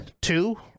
Two